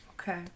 okay